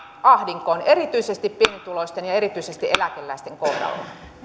ahdinkoon erityisesti pienituloisten ja erityisesti eläkeläisten kohdalla